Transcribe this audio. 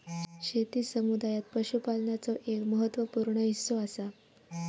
शेती समुदायात पशुपालनाचो एक महत्त्व पूर्ण हिस्सो असा